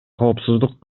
коопсуздук